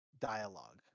dialogue